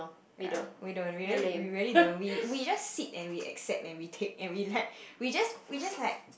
ya we don't really we really don't we we just sit and we accept and we take we like we just we just like